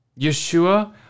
Yeshua